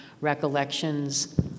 recollections